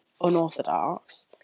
...unorthodox